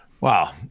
Wow